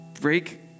Break